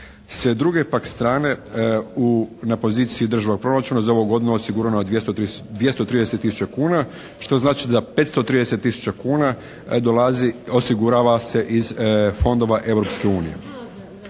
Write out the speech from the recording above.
S druge pak strane na poziciji državnog proračuna za ovu godinu osigurano je 230 000 kuna, što znači za 530 000 kuna dolazi, osigurava se iz fondova